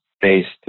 based